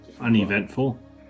Uneventful